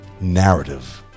narrative